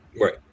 Right